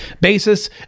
basis